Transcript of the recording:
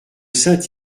saint